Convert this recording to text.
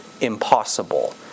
impossible